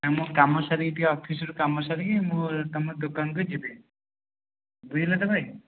ମୁଁ କାମ ସାରିକି ଟିକେ ଅଫିସ ରୁ କାମ ସାରିକି ମୁଁ ତୁମ ଦୋକାନକୁ ଯିବି ବୁଝିଲତ ଭାଇ